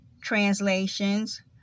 translations